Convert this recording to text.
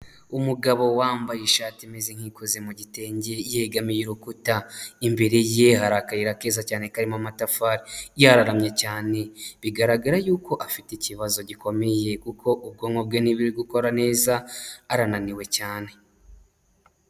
Umugabo wambaye ishati imeze nk'ikoze mu gitenge yegamiye urukuta. Imbere ye hari akayira keza cyane karimo amatafari. Yararamye cyane. Bigaragara yuko afite ikibazo gikomeye kuko ubwonko bwe ntiburi gukora neza, arananiwe cyane.